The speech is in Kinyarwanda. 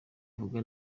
avuga